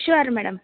sure madam